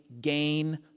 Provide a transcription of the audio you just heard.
gain